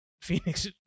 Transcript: Phoenix